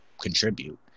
contribute